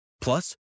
Plus